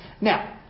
Now